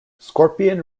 scorpion